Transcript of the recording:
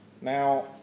Now